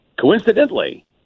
Coincidentally